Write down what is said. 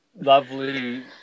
lovely